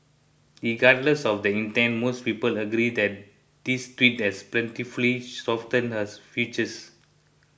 regardless of the intent most people agree that this tweak has pleasantly softened her features